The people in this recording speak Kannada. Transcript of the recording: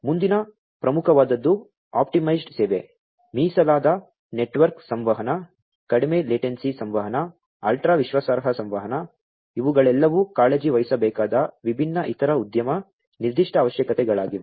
ಮುಂದಿನ ಪ್ರಮುಖವಾದದ್ದು ಆಪ್ಟಿಮೈಸ್ಡ್ ಸೇವೆ ಮೀಸಲಾದ ನೆಟ್ವರ್ಕ್ ಸಂವಹನ ಕಡಿಮೆ ಲೇಟೆನ್ಸಿ ಸಂವಹನ ಅಲ್ಟ್ರಾ ವಿಶ್ವಾಸಾರ್ಹ ಸಂವಹನ ಇವುಗಳೆಲ್ಲವೂ ಕಾಳಜಿ ವಹಿಸಬೇಕಾದ ವಿಭಿನ್ನ ಇತರ ಉದ್ಯಮ ನಿರ್ದಿಷ್ಟ ಅವಶ್ಯಕತೆಗಳಾಗಿವೆ